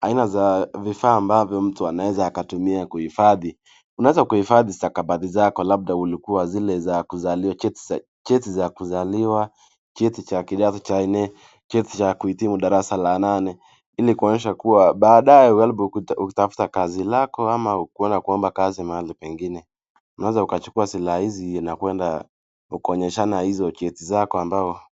aina za vifaa ambayo mtu anaweza kutumia kuhifathi. Unaweza kuifathi stakabathi zako, labda ulikuwa na zile za kuzaliwa, chei za kuzaliwa, cheti Cha kidato Cha nne, cheti cha kuhitimu darasa la nane Ili kuonyesha kuwa, baadaye ulijaribu kutafuta kazi lako, ama kuenda kusomba kazi mahali kwingine, unaweza kuchukuwa silaha hizi na kwenda kuonyeshana cheti zako ambao.